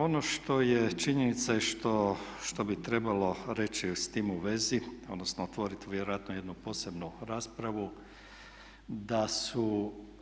Ono što je činjenica i što bi trebalo reći s tim u vezi, odnosno otvoriti vjerojatno jednu posebnu raspravu